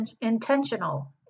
intentional